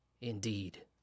indeed